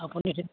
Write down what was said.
আপুনি